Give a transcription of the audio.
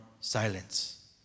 silence